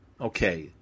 okay